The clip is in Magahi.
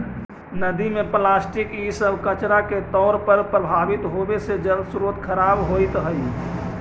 नदि में प्लास्टिक इ सब कचड़ा के तौर पर प्रवाहित होवे से जलस्रोत खराब होइत हई